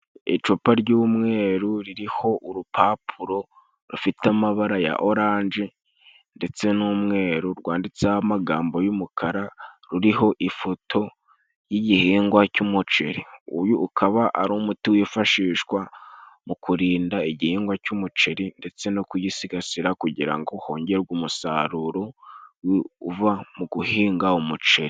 Icupa ry'umweru ririho urupapuro rufite amabara ya oranje ndetse n'umweru, rwanditseho amagambo y'umukara ruriho ifoto y'igihingwa cy'umuceri. Uyu ukaba ari umuti wifashishwa mu kurinda igihingwa cy'umuceri ndetse no kuyisigasira kugira ngo hongerwe umusaruro uva mu guhinga umuceri.